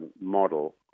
model